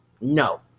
no